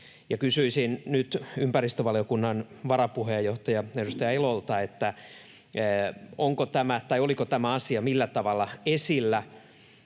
Kysyisin nyt ympäristövaliokunnan varapuheenjohtajalta, edustaja Elolta: oliko tämä asia millä tavalla esillä,